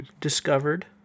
Discovered